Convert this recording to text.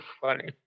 funny